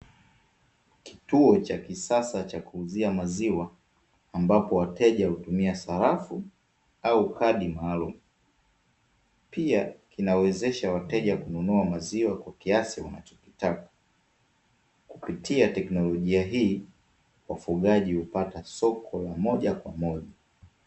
Kituo cha kisasa cha kuuzia maziwa ambapo wateja hutumia sarafu au kadi maalumu. Pia kinawezesha wateja kununua maziwa kwa kiasi wanachokitaka. Kupitia teknolojia hii, wafugaji hupata soko la moja kwa moja.